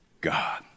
God